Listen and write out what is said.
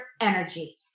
energy